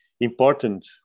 important